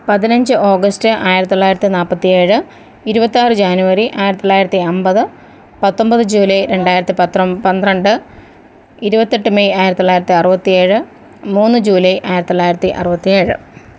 പതിനഞ്ച് ഓഗസ്റ്റ് ആയിരത്തിത്തൊള്ളായിരത്തി നാൽപ്പത്തിയേഴ് ഇരുപത്താറ് ജാനുവരി ആയിരത്തിത്തൊള്ളായിരത്തി അമ്പത് പത്തൊമ്പത് ജൂലൈ രണ്ടായിരത്തി പന്ത്രണ്ട് ഇരുപത്തെട്ട് മെയ് ആയിരത്തിത്തൊള്ളായിരത്തി അറുപത്തി ഏഴ് മൂന്ന് ജൂലൈ ആയിരത്തിത്തൊള്ളായിരത്തി അറുപത്തി ഏഴ്